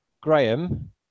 graham